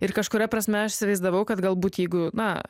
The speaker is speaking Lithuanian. ir kažkuria prasme aš įsivaizdavau kad galbūt jeigu na